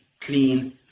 clean